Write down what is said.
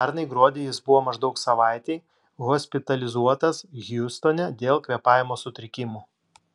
pernai gruodį jis buvo maždaug savaitei hospitalizuotas hjustone dėl kvėpavimo sutrikimų